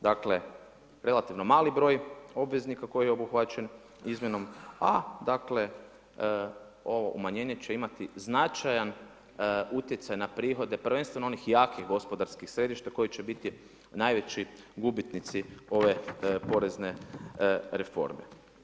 Dakle, relativno mali broj obveznika koji je obuhvaćen izmjenom, a, dakle, ovo umanjenje će imati značajan utjecaj na prihode, prvenstveno onih jakih gospodarskih središta koji će biti najveći gubitnici ove porezne reforme.